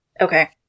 Okay